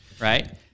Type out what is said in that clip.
Right